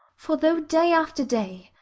for, though day after day,